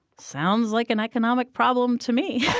sounds like an economic problem to me